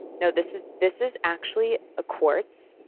no. this is this is actually a quartz.